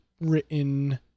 written